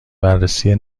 بررسی